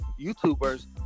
YouTubers